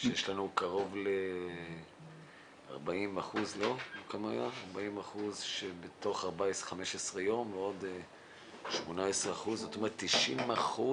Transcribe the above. שיש לנו קרוב ל-40% שבתוך 15 יום ועוד 18% ואתה אומר ש-90%